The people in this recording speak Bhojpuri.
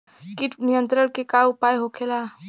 कीट नियंत्रण के का उपाय होखेला?